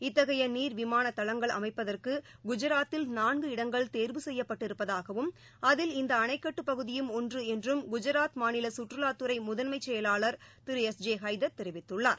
இத்தகையநீர் விமானதளங்கள் அமைப்பதற்குகுஐராத்தில் நான்கு இடங்கள் தேர்வு செய்யப்பட்டிருப்பதாகவும் அதில் இந்தஅணைக்கட்டுப் பகுதியும் ஒன்றுஎன்றும் குஐராத் மாநிலசுற்றுலாத்துறைமுதன்மைச் செயலாளர் திரு எஸ் ஜே ஹைதர் தெிவித்துள்ளார்